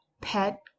pet